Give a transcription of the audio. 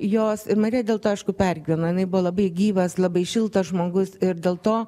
jos ir marija dėl to aišku pergyveno jinai buvo labai gyvas labai šiltas žmogus ir dėl to